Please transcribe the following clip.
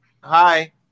Hi